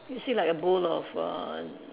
you see like a bowl of uh